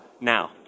now